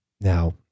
Now